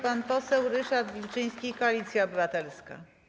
Pan poseł Ryszard Wilczyński, Koalicja Obywatelska.